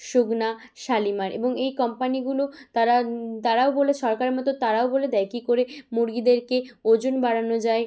সুগুনা শালিমার এবং এই কোম্পানিগুলো তারা তারাও বলে সরকারের মতো তারাও বলে দেয় কী করে মুরগিদেরকে ওজন বাড়ানো যায়